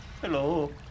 hello